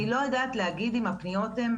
אני לא יודעת להגיד אם הפניות הן